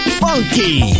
funky